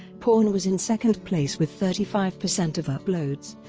porn was in second place with thirty five percent of uploads,